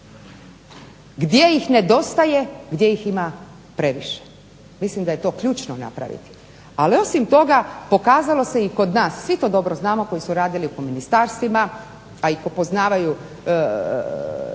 gdje ih nedostaje, gdje ih ima previše. Mislim da je to ključno napraviti. Ali osim toga, pokazalo se i kod nas, svi to dobro znamo koji su radili po ministarstvima, a i poznavaju